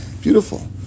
beautiful